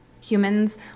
humans